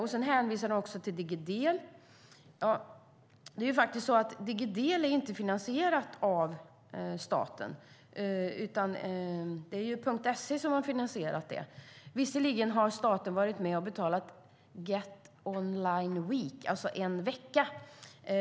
Hon hänvisar till Digidel, men det finansieras faktiskt inte av staten utan av Punkt SE. Staten har visserligen varit med och betalat Get Online Week, alltså en vecka.